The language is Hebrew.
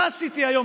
מה עשיתי היום?